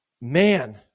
Man